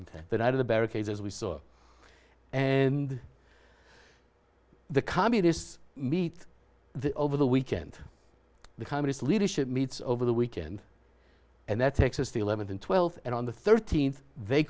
are the barricades as we saw and the communists meet the over the weekend the communist leadership meets over the weekend and that takes us the eleventh and twelfth and on the thirteenth they